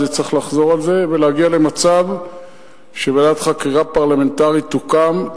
אז צריך לחזור על זה ולהגיע למצב שוועדת חקירה פרלמנטרית תוקם,